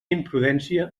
imprudència